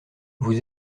vous